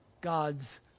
God's